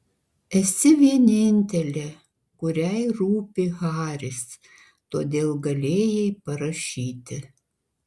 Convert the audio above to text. esi vienintelė kuriai rūpi haris todėl galėjai parašyti